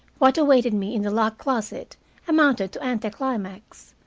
what awaited me in the locked closet amounted to anti-climax.